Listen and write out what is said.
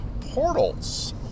portals